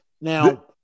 Now